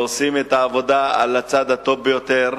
עושים את העבודה על הצד הטוב ביותר,